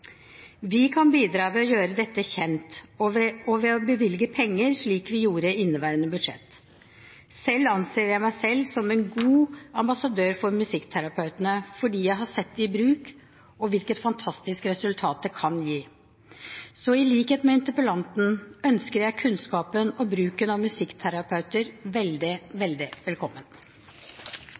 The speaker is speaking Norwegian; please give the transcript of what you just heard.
Vi kan bidra ved å gjøre dette kjent og ved å bevilge penger, slik vi gjorde i inneværende budsjett. Selv anser jeg meg selv som en god ambassadør for musikkterapeutene, fordi jeg har sett det i bruk og sett hvilket fantastisk resultat det kan gi. I likhet med interpellanten ønsker jeg kunnskapen om bruken av musikkterapeuter veldig velkommen.